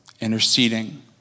interceding